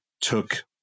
took